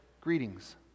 Greetings